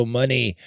money